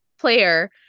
player